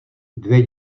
dvě